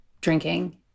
drinking